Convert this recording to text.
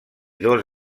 dos